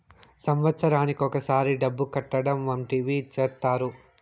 సంవత్సరానికి ఒకసారి డబ్బు కట్టడం వంటివి చేత్తారు